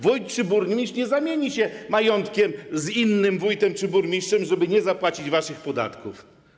Wójt czy burmistrz nie zamienią się majątkiem z innym wójtem czy burmistrzem, żeby nie zapłacić waszych podatków.